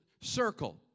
circle